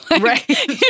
Right